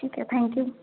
ठीक है thank you